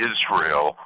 Israel